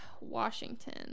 Washington